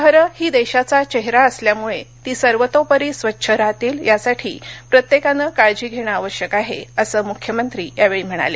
शहरे ही देशाचा चेहरा असल्यामुळे ती सर्वतोपरी स्वच्छ राहतील यासाठी प्रत्येकाने काळजी घेणं आवश्यक आहे असं मुख्यमंत्री यावेळी म्हणाले